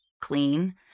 clean